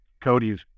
Cody's